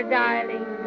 darling